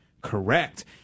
correct